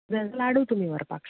जाल्यार लाडू तुमी व्हरपाक शकता